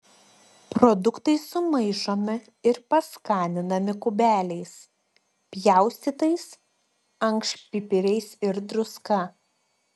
produktai sumaišomi ir paskaninami kubeliais pjaustytais ankštpipiriais ir druska